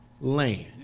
land